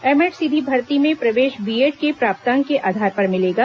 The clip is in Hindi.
एम एड सीधी भर्ती में प्रवेश बी एड के प्राप्तांक के आधार पर मिलेगा